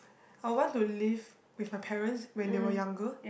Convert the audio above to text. I will want to live with my parents when they were younger